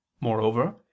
Moreover